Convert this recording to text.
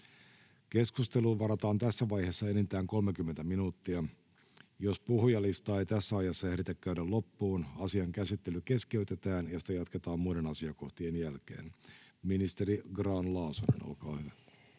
Keskusteluun varataan tässä vaiheessa enintään 30 minuuttia. Jos puhujalistaa ei tässä ajassa ehditä käydä loppuun, asian käsittely keskeytetään ja sitä jatketaan muiden asiakohtien jälkeen. — Ministeri Grahn-Laasonen, olkaa hyvä.